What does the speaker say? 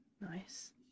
Nice